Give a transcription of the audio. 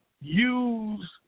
use